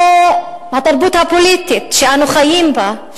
זו התרבות הפוליטית שאנו חיים בה,